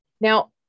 Now